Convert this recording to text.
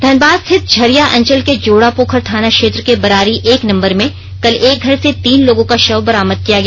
धनबाद स्थित झरिया अंचल के जोड़ापोखर थाना क्षेत्र के बरारी एक नंबर में कल एक घर से तीन लोगों का शव बरामद किया गया